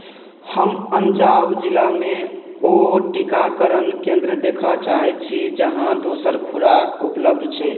हम पञ्जाब जिलामे ओ टीकाकरण केन्द्र देखऽ चाहै छी जहाँ दोसर खोराक उपलब्ध छै